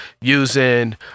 using